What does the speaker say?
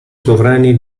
sovrani